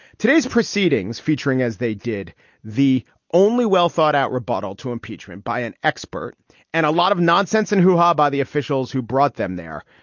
today's proceedings featuring as they did the only well-thought-out rebuttal to impeachment by an expert and a lot of nonsense in hoo-ha by the officials who brought them there,